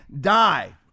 die